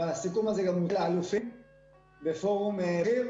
והסיכום הזה גם מובא בפורום אלופים.